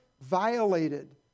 violated